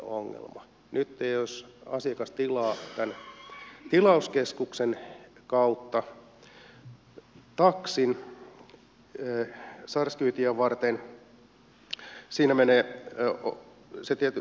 nytten jos asiakas tilaa tilauskeskuksen kautta taksin sairaskyytiä varten siinä menee se tietty omavastuu